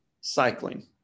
Cycling